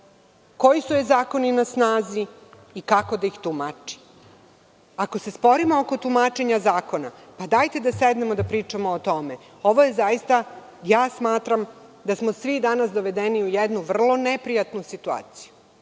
koji su joj zakoni na snazi i kako da ih tumači? Ako se sporimo oko tumačenja zakona, dajte da sednemo da pričamo o tome. Ja smatram da smo svi danas dovedeni u jednu vrlo neprijatnu situaciju